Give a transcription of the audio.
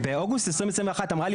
שבאוגוסט 2021 אמרה לי